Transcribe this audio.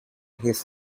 his